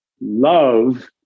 love